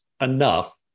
enough